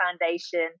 foundation